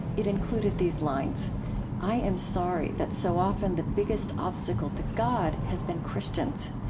it included these lines i am sorry that so often the biggest obstacle to god has been christians,